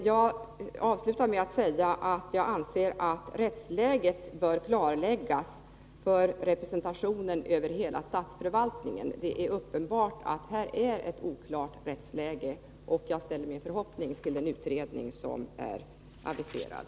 Jag avslutar med att säga att jag anser att rättsläget bör klarläggas för representationen över hela statsförvaltningen. Det är uppen 39 bart att rättsläget här är oklart, och jag ställer min förhoppning till den utredning som är aviserad.